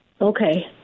Okay